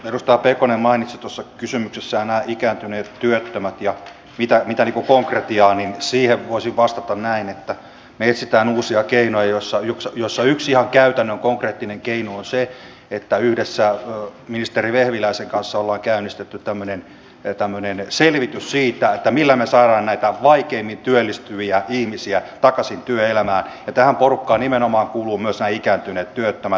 edustaja pekonen mainitsi tuossa kysymyksessään ikääntyneet työttömät ja siihen mitä konkretiaa on voisin vastata näin että me etsimme uusia keinoja joista yksi ihan käytännön konkreettinen keino on se että yhdessä ministeri vehviläisen kanssa olemme käynnistäneet tämmöisen selvityksen siitä millä me saamme näitä vaikeimmin työllistyviä ihmisiä takaisin työelämään ja tähän porukkaan nimenomaan kuuluvat myös nämä ikääntyneet työttömät